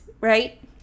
right